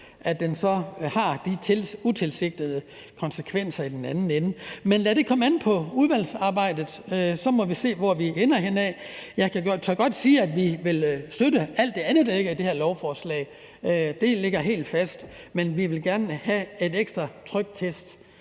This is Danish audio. at det så har de utilsigtede konsekvenser i den anden ende. Men lad det komme an på udvalgsarbejdet, og så må vi se, hvor vi ender henne. Jeg tør godt sige, at vi vil støtte alt det andet, der ligger i det her lovforslag – det ligger helt fast – men vi vil gerne have en ekstra tryktest